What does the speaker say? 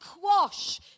quash